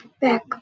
back